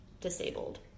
disabled